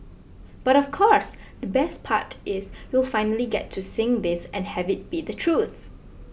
but of course the best part is you'll finally get to sing this and have it be the truth